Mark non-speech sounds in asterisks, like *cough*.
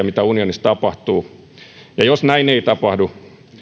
*unintelligible* mitä unionissa tapahtuu ovat oikeudenmukaisia ja jos näin ei tapahdu